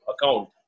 account